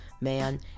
man